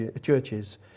churches